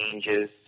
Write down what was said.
changes